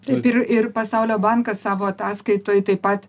taip ir ir pasaulio bankas savo ataskaitoj taip pat